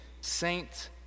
saint